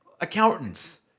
accountants